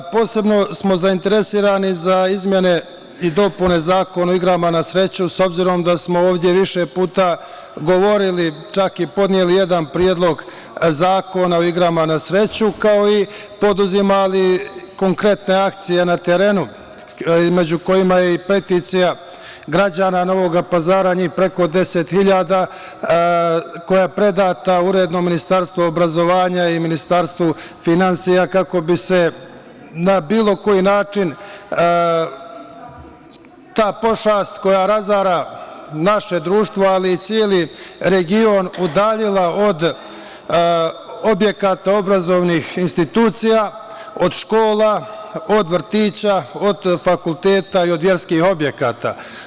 Posebno smo zainteresirani za izmene i dopune Zakona o igrama na sreću, s obzirom da smo ovde više puta govorili, čak i podneli jedan predlog zakona o igrama na sreću, kao i poduzimali konkretne akcije na terenu, među kojima je i peticija građana Novog Pazara, njih preko 10 hiljada, koja je predata uredno u Ministarstvo obrazovanja i Ministarstvu finansija kako bi se na bilo koji način ta pošast, koja razara naše društvo, ali i celi region, udaljila od objekata obrazovnih institucija, od škola, od vrtića, od fakulteta i od verskih objekta.